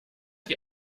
die